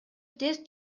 тез